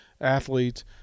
athletes